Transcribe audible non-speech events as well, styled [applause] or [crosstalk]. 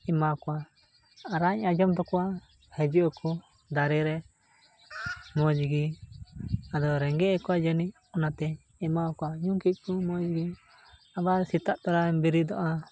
ᱮᱢᱟ ᱠᱚᱣᱟ ᱨᱟᱜ ᱤᱧ ᱟᱸᱡᱚᱢ ᱛᱟᱠᱚᱣᱟ ᱦᱤᱡᱩᱜ ᱟᱠᱚ ᱫᱟᱨᱮ ᱨᱮ ᱢᱚᱡᱽ ᱜᱮ ᱟᱫᱚ ᱨᱮᱸᱜᱮᱡ ᱮᱫ ᱠᱚᱣᱟ ᱡᱟᱹᱱᱤᱡ ᱚᱱᱟᱛᱮ ᱮᱢᱟᱣ ᱠᱚᱣᱟ ᱧᱩ ᱠᱮᱜ ᱠᱚ [unintelligible] ᱟᱵᱟᱨ ᱥᱮᱛᱟᱜ ᱛᱚᱨᱟ ᱨᱤᱧ ᱵᱮᱨᱮᱫᱚᱜᱼᱟ